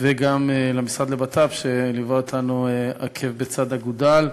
וגם למשרד לבט"פ שליווה אותנו עקב בצד אגודל.